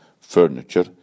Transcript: furniture